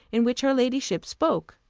in which, her ladyship spoke.